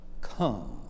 Come